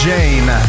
Jane